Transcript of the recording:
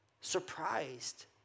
surprised